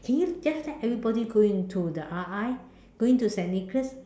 can you just let everybody go into the R_I go into the Saint Nicholas